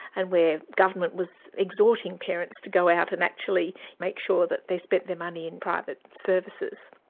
and where government was exhorting parents to go out and actually make sure that they spent their money in private services.